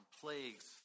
plagues